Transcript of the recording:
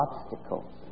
obstacles